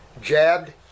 jabbed